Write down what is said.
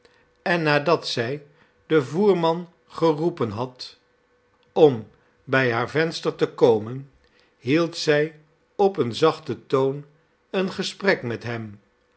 en nadat zij den voerman geroepen had om bij haar venster te komen hield zij op een zachten toon een gesprek met hem